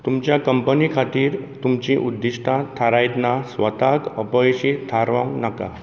तुमच्या कंपनी खातीर तुमचीं उद्दिश्टां थारायतना स्वताक अपयशी थारावंक नाका